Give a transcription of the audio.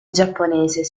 giapponese